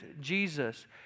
Jesus